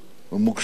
או מוקשים,